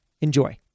enjoy